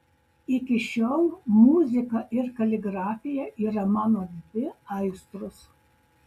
iki šiol muzika ir kaligrafija yra mano dvi aistros